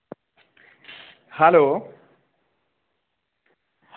hello